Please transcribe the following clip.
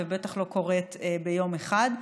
ובטח לא קורית ביום אחד.